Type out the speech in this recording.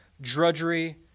drudgery